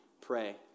pray